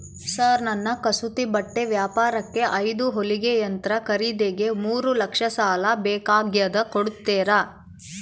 Sir ನನ್ನ ಕಸೂತಿ ಬಟ್ಟೆ ವ್ಯಾಪಾರಕ್ಕೆ ಐದು ಹೊಲಿಗೆ ಯಂತ್ರ ಖರೇದಿಗೆ ಮೂರು ಲಕ್ಷ ಸಾಲ ಬೇಕಾಗ್ಯದ ಕೊಡುತ್ತೇರಾ?